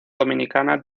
dominicana